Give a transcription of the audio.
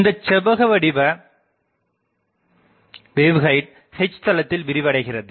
இந்தச் செவ்வகவடிவ waveguide H தளத்தில் விரிவடைகிறது